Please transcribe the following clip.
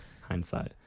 hindsight